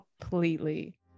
completely